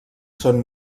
són